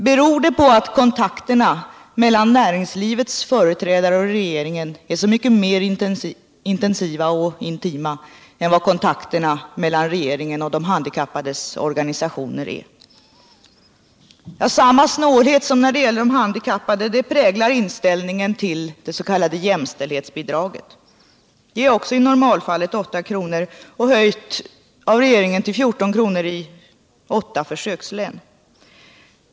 Beror det på att kontakterna mellan näringslivets företrädare och regeringen är så mycket mer intensiva och intima än vad kontakterna mellan regeringen och de handikappades organisationer är? Samma snålhet präglar inställningen till det s.k. jämställdhetsbidraget. Det är också i normalfallet 8 kr. — av regeringen höjt till 14 kr. i åtta försökslän.